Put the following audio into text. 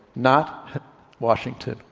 not washington,